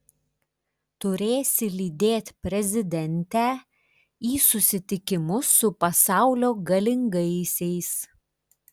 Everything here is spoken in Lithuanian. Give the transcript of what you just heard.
turėsi lydėt prezidentę į susitikimus su pasaulio galingaisiais